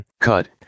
Cut